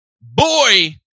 Boy